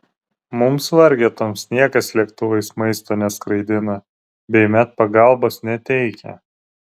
mums vargetoms niekas lėktuvais maisto neskraidina bei medpagalbos neteikia